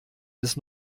bis